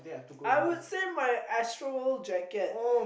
I would say my Astroworld jacket